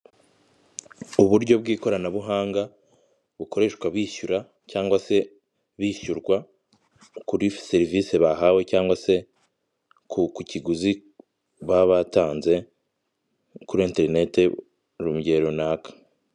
Uburyo bw'ikoranabuhanga, bukoreshwa bishyura cyangwa se bishyurwa, kuri serivisi bahawe cyangwa se ku kiguzi baba batanze, kuri enterinete runge runaka.